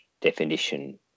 definition